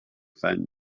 found